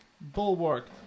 bulwark